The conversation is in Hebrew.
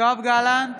יואב גלנט,